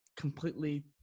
completely